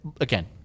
again